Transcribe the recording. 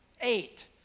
eight